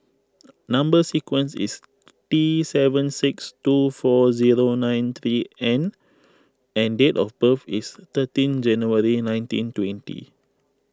Number Sequence is T seven six two four zero nine three N and date of birth is thirteen January nineteen twenty